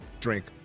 drink